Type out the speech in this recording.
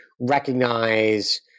recognize